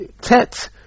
Tet